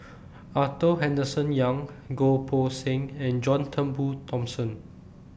Arthur Henderson Young Goh Poh Seng and John Turnbull Thomson